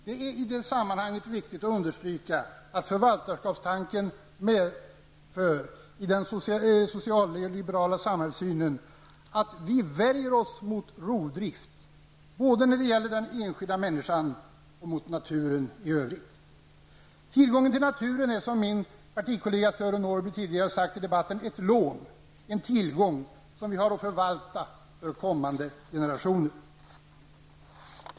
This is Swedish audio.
Det är i det här sammanhanget viktigt att understryka att förvaltarskapstanken medför att vi med den socialliberala samhällssynen värjer oss mot rovdrift, när det gäller både den enskilda människan och naturen i övrigt. Tillgången till naturen är som min partikollega Sören Norrby tidigare sade i debatten ett lån, en tillgång som vi har att förvalta för kommande generationer.